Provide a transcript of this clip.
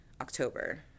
October